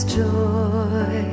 joy